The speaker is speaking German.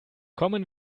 kommen